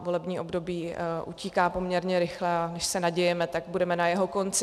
Volební období utíká poměrně rychle, a než se nadějeme, tak budeme na jeho konci.